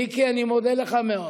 מיקי, אני מודה לך מאוד.